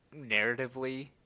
narratively